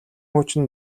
хуучин